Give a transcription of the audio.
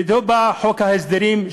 ואתו בא חוק ההסדרים,